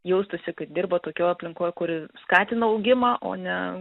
jaustųsi kad dirba tokioj aplinkoj kur ir skatina augimą o ne